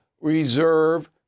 Reserve